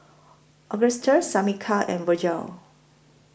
Agustus Shamika and Virgle